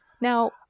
now